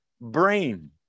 brain